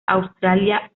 australia